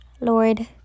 Lord